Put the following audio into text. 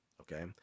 Okay